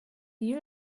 you